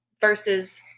versus